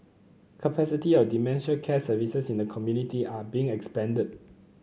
capacity of dementia care services in the community are being expanded